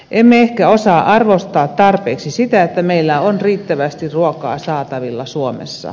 emme ehkä osaa arvostaa tarpeeksi sitä että meillä on riittävästi ruokaa saatavilla suomessa